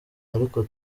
ariko